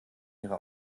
ihre